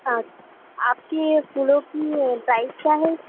हाँ आपके फूलों के प्राइस क्या हैं